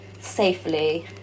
safely